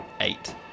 eight